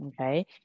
Okay